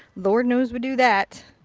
lord knows we do that.